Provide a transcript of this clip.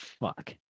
fuck